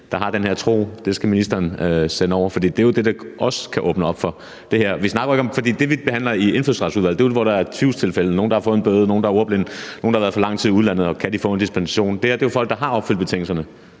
der har den her tro, og så skal ministeren sende den over? For det er jo det, det også kan åbne op for. De sager, vi behandler i Indfødsretsudvalget, er vel de tilfælde, hvor der er tvivl – altså nogle, der har fået en bøde; nogle, der er ordblinde; nogle, der har været for lang tid i udlandet – i forhold til om de kan få en dispensation. Det her er jo folk, der har opfyldt betingelserne,